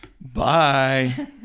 Bye